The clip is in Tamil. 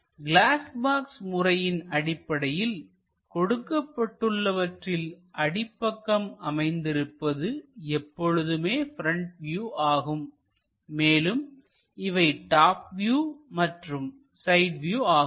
கிளாஸ் பாக்ஸ் முறையின் அடிப்படையில் கொடுக்கப்பட்டுள்ளவற்றில் அடிப்பக்கம் அமைந்திருப்பது எப்பொழுதும் ப்ரெண்ட் வியூ ஆகும் மேலும் இவை டாப் வியூ மற்றும் சைட் வியூ ஆகும்